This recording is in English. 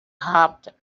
hopped